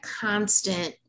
constant